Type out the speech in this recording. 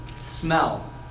smell